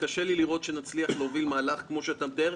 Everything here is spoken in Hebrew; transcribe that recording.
קשה לי לראות שנצליח להוביל מהלך כמו שאתה מתאר.